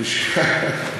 קישקשתא.